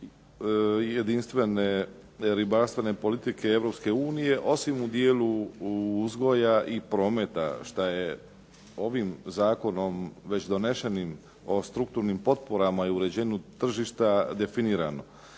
jedinstvene ribarstvene politike Europske unije, osim u dijelu uzgoja i prometa šta je ovim zakonom već donešenim o strukturnim potporama i uređenju tržišta definirano.